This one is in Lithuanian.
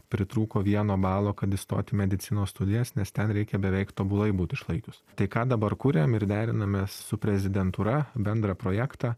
pritrūko vieno balo kad įstot į medicinos studijas nes ten reikia beveik tobulai būt išlaikius tai ką dabar kuriam ir derinamės su prezidentūra bendrą projektą